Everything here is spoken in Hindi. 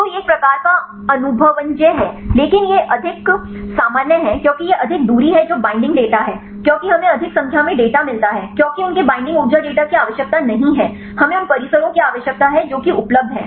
तो यह एक प्रकार का अनुभवजन्य है लेकिन यह अधिक सामान्य है क्योंकि यह अधिक दूरी है जो बैंडिंग डेटा है क्योंकि हमें अधिक संख्या में डेटा मिलता है क्योंकि उनके बैंडिंग ऊर्जा डेटा की आवश्यकता नहीं है हमें उन परिसरों की आवश्यकता है जो कि उपलब्ध हैं